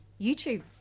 YouTube